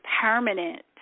permanent